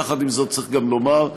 יחד עם זאת, צריך גם לומר,